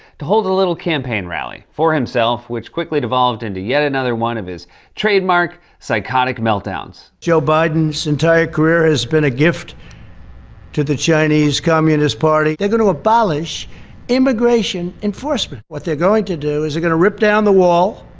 to hold a little campaign rally, for himself, which quickly devolved into yet another one of his trademark psychotic meltdowns. joe biden's entire career has been a gift to the chinese communist party. they're going to abolish immigration enforcement. what they're going to do is they're gonna rip down the wall.